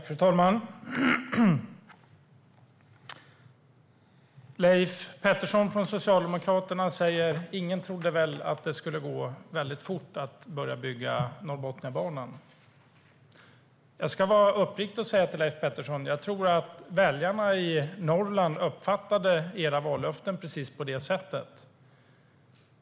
Fru talman! Leif Pettersson från Socialdemokraterna säger att det nog inte fanns någon som trodde att det skulle gå väldigt fort att börja bygga Norrbotniabanan. Jag ska vara uppriktig och säga till Leif Pettersson att jag tror att väljarna i Norrland uppfattade era vallöften på precis det sättet.